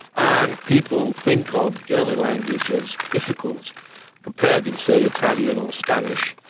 and people think of german language as difficult compared with, say, italian or spanish.